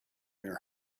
your